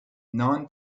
non